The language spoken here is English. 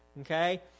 okay